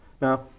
Now